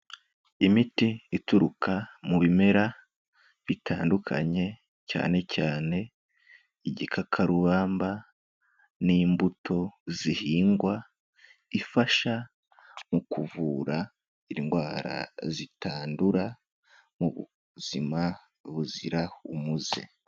Imiti ituruka mu bimera bitandukanye, cyane cyane igikakarubamba n'imbuto zihingwa, ifasha mu kuvura indwara zitandura mu buzima buzira umuze.